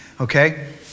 okay